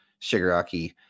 Shigaraki